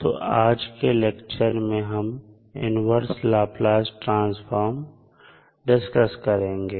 तो आज के लेक्चर में हम इन्वर्स लाप्लास ट्रांसफॉर्म डिस्कस करेंगे